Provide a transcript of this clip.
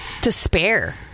despair